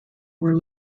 were